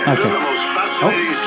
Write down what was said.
Okay